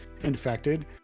infected